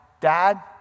Dad